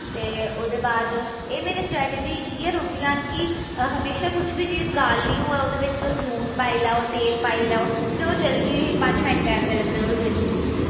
ते ओह्दे बाद एह् मेरी स्ट्रैटेजी इ'यै रौंह्दियां न के म्हेशां कुश बी चीज गालनी होऐ उदे बिच तुस लून पाई लाओ तेल पाई लाओ ते ओह् जल्दी पंज मैंटे दे अंदर अंदर ओह् गली जंदी